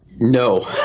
No